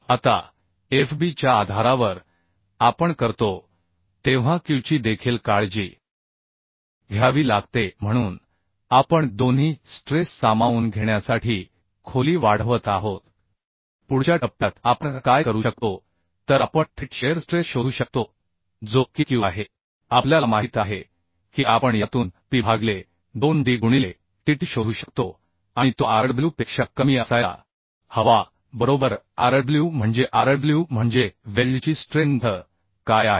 आता FB च्या आधारावर आपण करतो तेव्हा Qची देखील काळजी घ्यावी लागते म्हणून आपण दोन्ही स्ट्रेस सामावून घेण्यासाठी खोली वाढवत आहोत पुढच्या टप्प्यात आपण काय करू शकतो तर आपण थेट शिअर स्ट्रेस शोधू शकतो जो की Q आहे आपल्याला माहित आहे की आपण यातून P भागिले 2D गुणिले Tt शोधू शकतो आणि तो Rw पेक्षा कमी असायला हवा बरोबर Rw म्हणजे Rw म्हणजे वेल्डची स्ट्रेंथ काय आहे